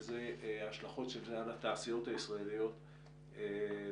שהוא ההשלכות של זה על התעשיות הישראליות בעיקר,